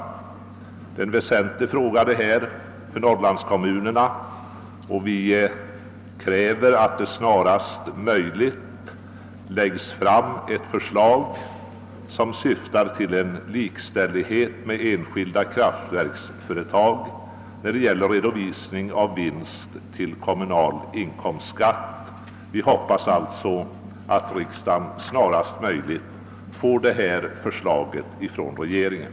Det är en väsentlig fråga för Norrlandskommunerna, och vi kräver att det snarast möjligt kommer ett förslag som syftar till likställighet mellan vattenfallsverket och enskilda kraftverksföretag när det gäller redovisning av vinst till kommunal inkomstskatt. Vi hoppas alltså att riksdagen snart får förslag av denna innebörd från regeringen.